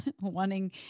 wanting